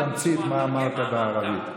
שתתרגם בתמצית מה אמרת בערבית.